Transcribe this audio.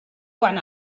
quan